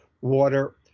water